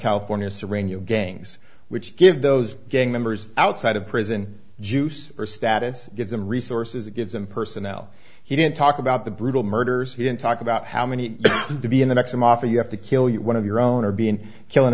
california cereno gangs which give those gang members outside of prison juice or status gives them resources it gives him personnel he didn't talk about the brutal murders he didn't talk about how many to be in the next and often you have to kill you one of your own or being kill